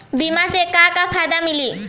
बीमा से का का फायदा मिली?